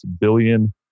billion